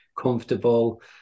comfortable